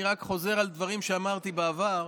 אני רק חוזר על דברים שאמרתי בעבר,